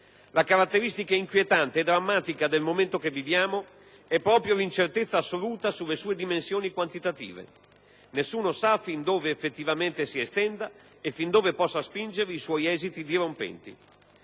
La caratteristica inquietante e drammatica del momento che viviamo è proprio l'incertezza assoluta sulle sue dimensioni quantitative: nessuno sa fin dove effettivamente si estenda e fin dove possa spingere i suoi esiti dirompenti.